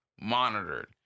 monitored